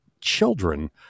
children